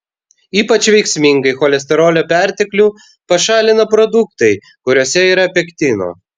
ypač veiksmingai cholesterolio perteklių pašalina produktai kuriuose yra pektino